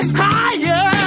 higher